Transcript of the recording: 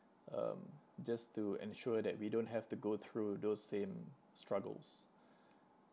um just to ensure that we don't have to go through those same struggles